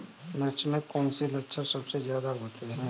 मिर्च में कौन से लक्षण सबसे ज्यादा होते हैं?